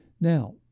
Now